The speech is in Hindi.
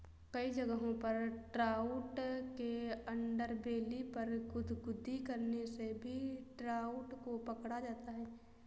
कई जगहों पर ट्राउट के अंडरबेली पर गुदगुदी करने से भी ट्राउट को पकड़ा जाता है